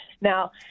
Now